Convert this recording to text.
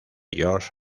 george